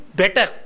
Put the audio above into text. better